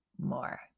more